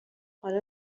حالا